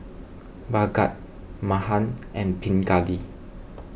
Bhagat Mahan and Pingali